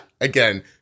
again